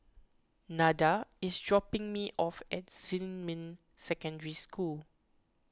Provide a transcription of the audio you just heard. Nada is dropping me off at Xinmin Secondary School